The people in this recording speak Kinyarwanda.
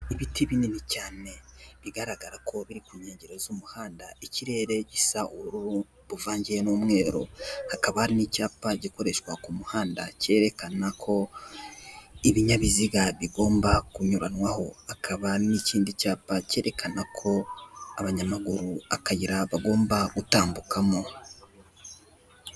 Ibiti binini cyane bigaragara ko biri ku nkengero z'umuhanda, ikirere gisa ubururu buvangiye n'umweru, hakaba hari n'icyapa gikoreshwa ku muhanda cyerekana ko, ibinyabiziga bigomba kunyuranwaho, hakaba n'ikindi cyapa cyerekana ko abanyamaguru akayira bagomba gutambukamo.